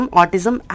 autism